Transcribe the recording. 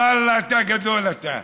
ואללה, אתה גדול אתה.